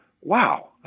Wow